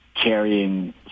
carrying